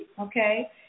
okay